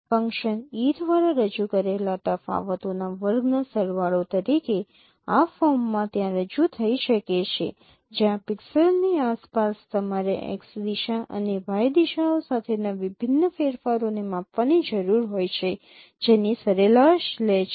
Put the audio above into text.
function E દ્વારા રજૂ કરેલા તફાવતોના વર્ગના સરવાળો તરીકે આ ફોર્મમાં ત્યાં રજૂ થઈ શકે છે જ્યાં પિક્સેલની આસપાસ તમારે x દિશા અને y દિશાઓ સાથેના વિભિન્ન ફેરફારોને માપવાની જરૂર હોય છે જેની સરેરાશ લે છે